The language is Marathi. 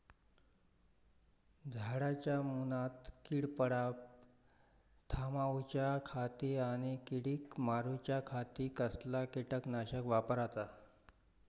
झाडांच्या मूनात कीड पडाप थामाउच्या खाती आणि किडीक मारूच्याखाती कसला किटकनाशक वापराचा?